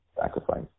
sacrifice